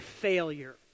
failure